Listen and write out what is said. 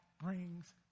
brings